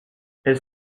elles